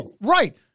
right